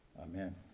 Amen